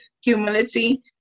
humility